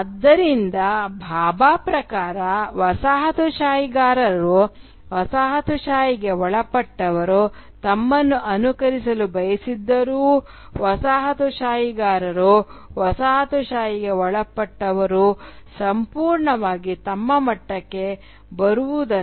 ಆದ್ದರಿಂದ ಭಾಭಾ ಪ್ರಕಾರ ವಸಾಹತುಶಾಹಿಗಾರರು ವಸಾಹತುಶಾಹಿಗೆ ಒಳಪಟ್ಟವರು ತಮ್ಮನ್ನು ಅನುಕರಿಸಲು ಬಯಸಿದ್ದರೂ ವಸಾಹತುಶಾಹಿಗಾರರು ವಸಾಹತುಶಾಹಿಗೆ ಒಳಪಟ್ಟವರು ಸಂಪೂರ್ಣವಾಗಿ ತಮ್ಮ ಮಟ್ಟಕ್ಕೆ ಬರುವದನ್ನು ಇಷ್ಟಪಡುವುದಿಲ್ಲ